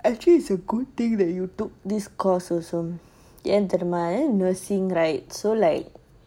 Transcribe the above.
actually it's a good thing that you took this course also ஏன்தெரியுமா:yen theriuma nursing right so like